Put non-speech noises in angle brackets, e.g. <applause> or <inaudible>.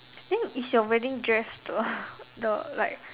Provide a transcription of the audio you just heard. then is your wedding dress the <noise> the like